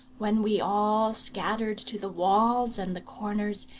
when we all scattered to the walls and the corners,